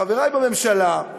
חברי בממשלה: